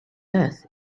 earth